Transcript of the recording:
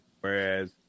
whereas